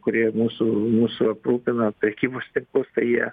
kurie mūsų mūsų aprūpina prekybos tinklus tai jie